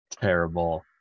terrible